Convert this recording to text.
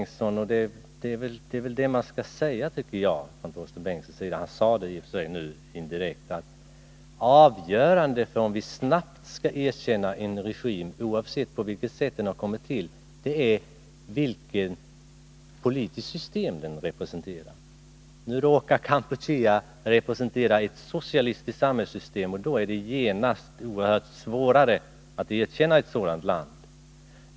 Jag tycker att Torsten Bengtson skall säga — och han sade det i och för sig indirekt — att det avgörande för om vi snabbt skall erkänna en regim, oavsett på vilket sätt den har kommit till, är vilket politiskt system den representerar. Nu råkar Kampuchea representera ett socialistiskt samhällssystem, och då är det genast oerhört mycket svårare att erkänna landet.